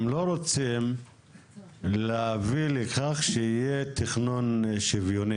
הם לא רוצים להביא לכך שיהיה תכנון שוויוני.